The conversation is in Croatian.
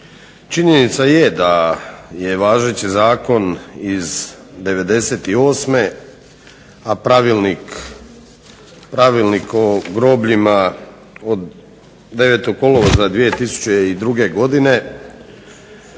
Činjenica je da je važeći zakon iz '98. a pravilnik o grobljima od 9. kolovoza 2002. godine